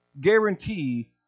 guarantee